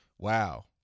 Wow